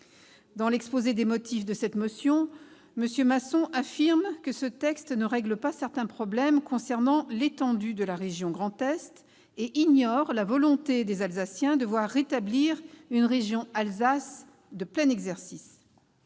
Dans l'objet, il affirme que ce texte ne règle pas certains problèmes concernant l'étendue de la région Grand Est et ignore la volonté des Alsaciens de voir rétablir une région Alsace de plein exercice.